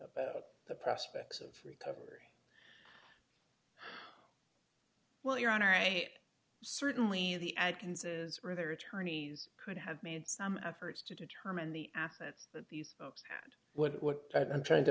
about the prospects of recovery well your honor i certainly the adkins's or their attorneys could have made some efforts to determine the assets that these folks had what i'm trying to